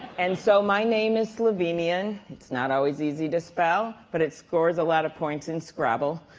and so my name is slovenian, it's not always easy to spell, but it scores a lot of points in scrabble,